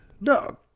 No